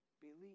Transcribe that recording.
believe